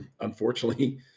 unfortunately